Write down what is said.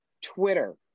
Twitter